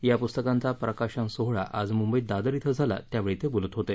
या पुस्तकांचा प्रकाशन सोहळा आज मुंबईत दादर क्षे झाला त्यावेळी ते बोलत होते